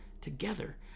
together